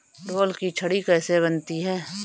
ढोल की छड़ी कैसे बनती है?